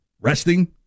resting